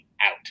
out